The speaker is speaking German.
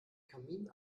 kamin